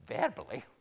verbally